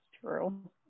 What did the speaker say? true